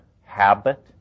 habit